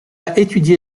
étudié